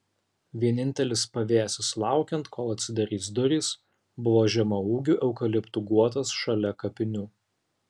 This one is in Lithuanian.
vienintelis pavėsis laukiant kol atsidarys durys buvo žemaūgių eukaliptų guotas šalia kapinių